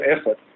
effort